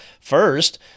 First